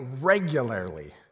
regularly